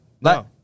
no